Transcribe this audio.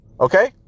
Okay